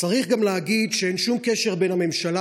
צריך גם להגיד שאין שום קשר בין הממשלה